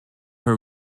her